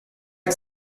que